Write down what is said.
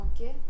okay